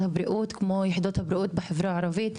הבריאות כמו יחידות הבריאות בחברה הערבית,